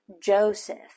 Joseph